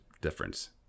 difference